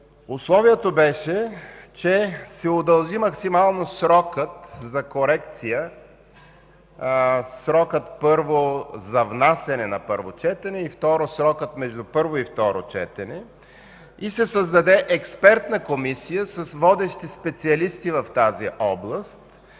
Условието беше, че се удължи максимално срокът за корекция – първо, срокът за внасяне на първо четене, и второ, срокът между първо и второ четене, и да се създаде експертна комисия с водещи специалисти в тази област